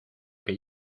que